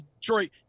Detroit